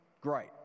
great